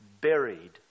buried